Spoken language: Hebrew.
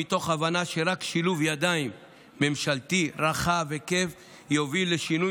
מתוך הבנה שרק שילוב ידיים ממשלתי רחב היקף יוביל לשינוי